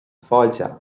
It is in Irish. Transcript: fáilte